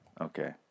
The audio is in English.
Okay